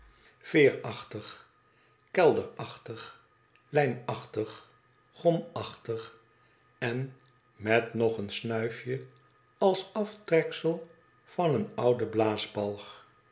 kelderachtig lijmachtig gomachtig en met nog een snuifje als aftreksel van een ouden